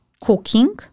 cooking